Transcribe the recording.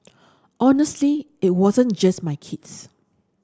honestly it wasn't just my kids